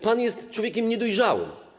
Pan jest człowiekiem niedojrzałym.